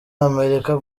amerika